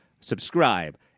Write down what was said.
Subscribe